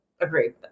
Agreed